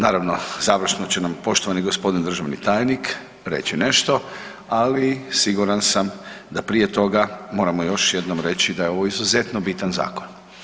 Naravno završno će nam poštovani gospodin državni tajnik reći nešto, ali siguran sam da prije toga moramo još jednom reći da je ovo izuzetno bitan zakon.